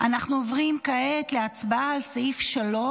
אנחנו עוברים כעת להצבעה על סעיף 3